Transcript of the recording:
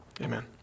amen